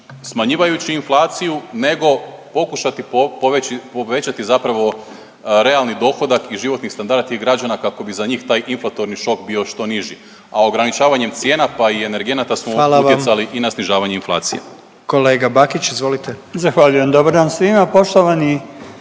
smanjivajući inflaciju nego pokušati povećati zapravo realni dohodak i životni standard tih građana kako bi za njih taj inflatorni šok bio što niži, a ograničavanjem cijena pa i energenata …/Upadica predsjednik: Hvala vam./… smo utjecali i na snižavanje